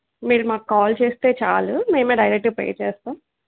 మీరు మాకు కాల్ చేస్తే చాలు మేమే డైరెక్ట్గా పే చేస్తాం